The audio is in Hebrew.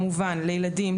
לילדים,